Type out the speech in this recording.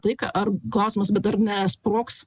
taiką ar klausimas bet ar nesprogs